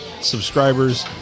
subscribers